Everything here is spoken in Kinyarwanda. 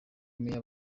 meyer